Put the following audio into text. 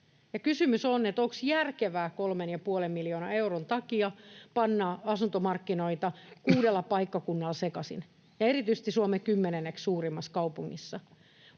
kysymys kuuluu, onko järkevää 3,5 miljoonan euron takia panna asuntomarkkinoita kuudella paikkakunnalla sekaisin, ja erityisesti Suomen kymmenenneksi suurimmassa kaupungissa.